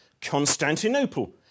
Constantinople